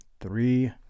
Three